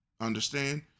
Understand